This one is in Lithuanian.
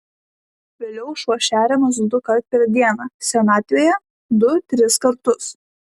vėliau šuo šeriamas dukart per dieną senatvėje du tris kartus